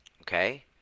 okay